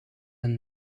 een